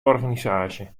organisaasje